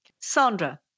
Sandra